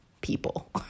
people